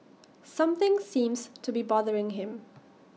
something seems to be bothering him